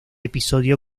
episodio